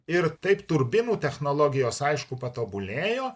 ir taip turbinų technologijos aišku patobulėjo